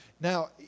Now